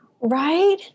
Right